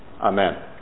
Amen